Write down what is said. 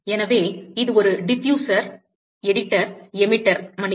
எனவே இது ஒரு டிஃப்பியூசர் எடிட்டர் எமிட்டர் மன்னிக்கவும்